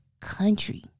country